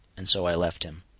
and so i left him.